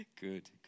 good